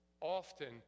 often